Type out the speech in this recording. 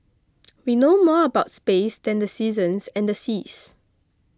we know more about space than the seasons and the seas